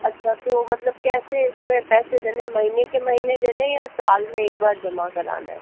अच्छा तो मतलब कैसे इसमें पैसे देने महीने के महीने देना हैं या साल में एक बार जमा कराना है